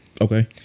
Okay